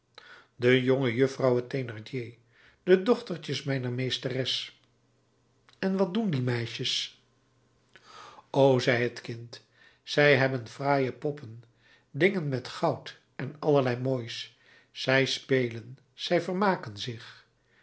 de jongejuffrouwen thénardier de dochtertjes mijner meesteres en wat doen die meisjes o zei het kind zij hebben fraaie poppen dingen met goud en allerlei moois zij spelen zij vermaken zich